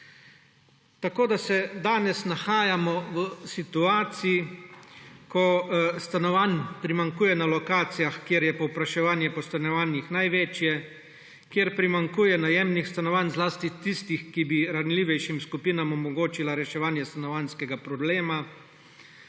Tako se danes nahajamo v situaciji, ko stanovanj primanjkuje na lokacijah, kjer je povpraševanje po stanovanjih največje, kjer primanjkuje najemnih stanovanj, zlasti tistih, ki bi ranljivejšim skupinam omogočila reševanje stanovanjskega problema.